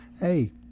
hey